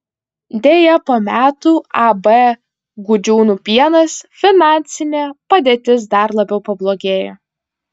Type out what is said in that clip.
deja po metų ab gudžiūnų pienas finansinė padėtis dar labiau pablogėjo